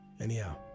Anyhow